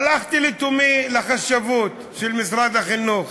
הלכתי לתומי לחשבות משרד החינוך,